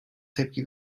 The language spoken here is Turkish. tepki